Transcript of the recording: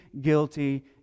guilty